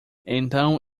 então